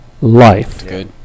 life